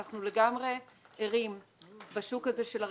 אנחנו לגמרי ערים לשוק הזה של הרכב,